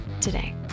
today